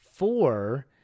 four